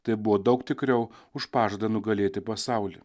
tai buvo daug tikriau už pažadą nugalėti pasaulį